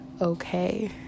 okay